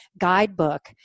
guidebook